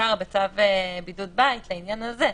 מוזכר בצו בידוד בית לעניין הזה,